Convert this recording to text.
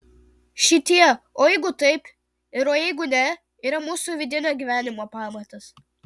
šitie o jeigu taip ir o jeigu ne yra mūsų vidinio gyvenimo pamatas